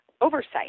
oversight